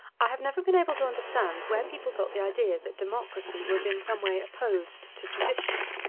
i have never been able to understand where people got the idea that democracy was in some way opposed to tradition.